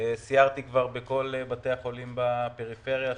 סיירתי כבר בכל בתי החולים בפריפריה,